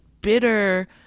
bitter